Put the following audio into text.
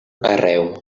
arreu